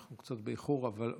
אנחנו קצת באיחור, אבל בבקשה,